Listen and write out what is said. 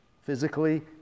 Physically